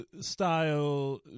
style